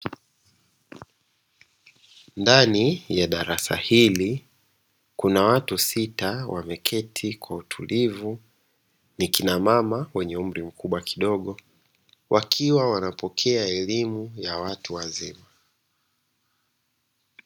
Ndani ya darasa hili kuna watu sita wameketi kwa utulivu ni kina mama wenye umri mkubwa kidogo wakiwa wanapokea elimu ya watu wazima.